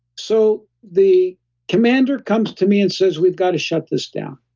so, the commander comes to me and says, we've got to shut this down.